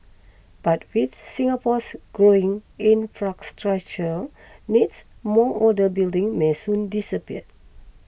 but with Singapore's growing infrastructural needs more older buildings may soon disappear